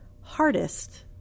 hardest